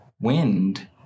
Wind